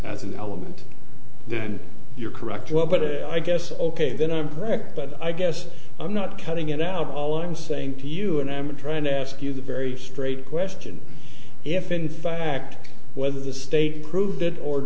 as an element and you're correct but it i guess ok then i'm correct but i guess i'm not cutting it out all i'm saying to you and i'm trying to ask you the very straight question if in fact whether the state proved did or